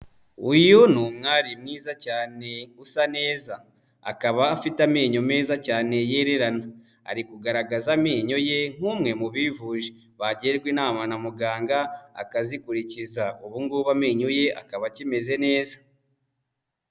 Uyu ni umwari mwiza cyane usa neza, akaba afite amenyo meza cyane yererana, ari kugaragaza amenyo ye nk'umwe mu bivuje bagirwa inama na muganga akazikurikiza, ubu ngubu amenyo ye akaba akimeze neza.